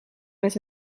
met